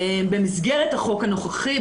במסגרת החוק הנוכחי,